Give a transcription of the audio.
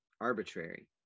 arbitrary